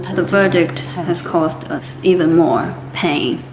the verdict has caused us even more pain.